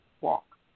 walk